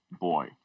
boy